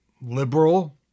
liberal